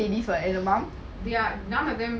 ya none of them